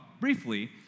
briefly